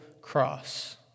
cross